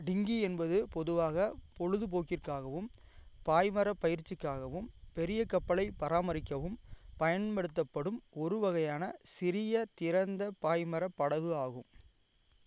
டிங்கி என்பது பொதுவாக பொழுதுபோக்கிற்காகவும் பாய்மரப் பயிற்சிக்காகவும் பெரிய கப்பலைப் பராமரிக்கவும் பயன்படுத்தப்படும் ஒரு வகையான சிறிய திறந்த பாய்மரப் படகு ஆகும்